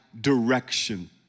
direction